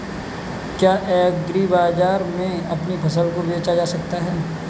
क्या एग्रीबाजार में अपनी फसल को बेचा जा सकता है?